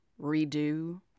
redo –